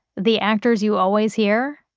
the actors you always hear,